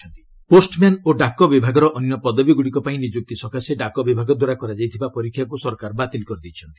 RS postal exam postman ଓ ଡାକ ବିଭାଗର ଅନ୍ୟ ପଦବୀଗୁଡ଼ିକ ପାଇଁ ନିଯୁକ୍ତି ସକାଶେ ଡାକ ବିଭାଗ ଦ୍ୱାରା କରାଯାଇଥିବା ପରୀକ୍ଷାକୁ ସରକାର ବାତିଲ କରିଦେଇଛନ୍ତି